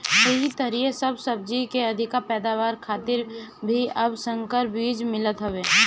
एही तरहे सब सब्जी के अधिका पैदावार खातिर भी अब संकर बीज मिलत हवे